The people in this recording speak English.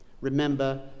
remember